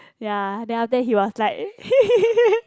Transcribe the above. ya then after that he was like